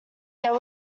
there